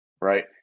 right